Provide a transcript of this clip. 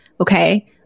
okay